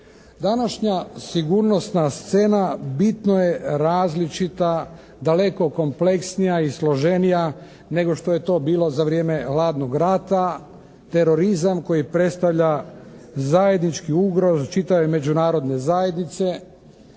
Današnja sigurnosna scena bitno je različita, daleko kompleksnije i složenija nego što je to bilo za vrijeme hladnog rata, terorizam koji predstavlja zajednički ugroz čitave međunarodne zajednice